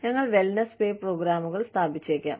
ഞങ്ങൾ wellness pay പ്രോഗ്രാമുകൾ സ്ഥാപിച്ചേക്കാം